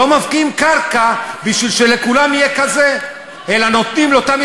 מושכל בכלי העוצמתי שאנו נותנים בידיהן